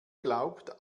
glaubt